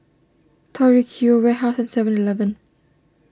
Tori Q Warehouse and Seven Eleven